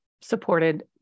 supported